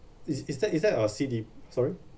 is is that is that a C_D sorry